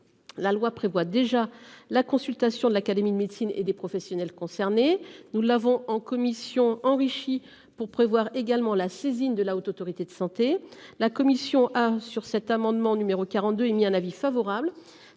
La loi prévoit déjà la consultation de l'Académie de médecine et des professionnels concernés. Nous l'avons en commission enrichi pour prévoir également la saisine de la Haute autorité de santé la commission sur cet amendement numéro 42 émis un avis favorable